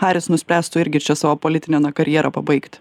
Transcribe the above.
haris nuspręstų irgi čia savo politinę na karjerą pabaigti